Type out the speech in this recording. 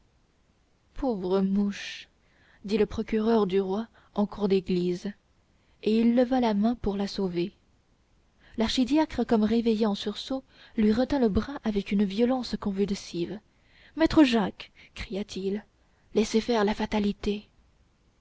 pauvre mouche dit le procureur du roi en cour d'église et il leva la main pour la sauver l'archidiacre comme réveillé en sursaut lui retint le bras avec une violence convulsive maître jacques cria-t-il laissez faire la fatalité